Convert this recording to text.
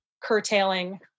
curtailing